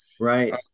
Right